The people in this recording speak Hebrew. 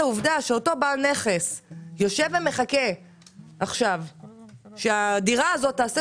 בעל נכס יושב ומחכה שהדירה הזאת תעשה